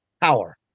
power